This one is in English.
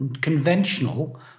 conventional